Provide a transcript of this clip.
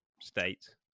state